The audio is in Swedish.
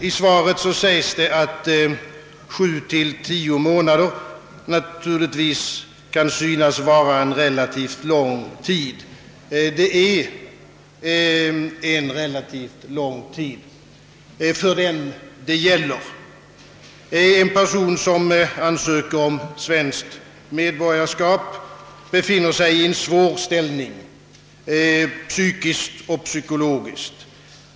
I svaret sägs att sju till tio månader naturligtvis kan synas vara en relativt lång tid. Ja, det är en relativt lång tid för dem det gäller. En person som ansöker om svenskt medborgarskap befinner sig i en svår ställning, psykiskt och psykologiskt.